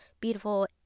beautiful